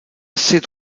ces